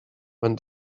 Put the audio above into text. when